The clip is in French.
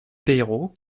peiro